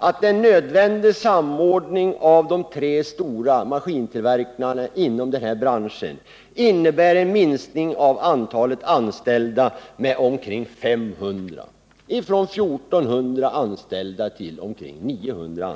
att en nödvändig samordning av de tre stora maskintillverkarna inom branschen kommer att kräva en minskning av antalet anställda med omkring 500, ifrån 1400 anställda till omkring 900.